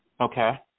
Okay